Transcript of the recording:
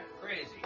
Crazy